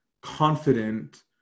confident